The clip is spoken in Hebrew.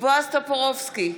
בועז טופורובסקי,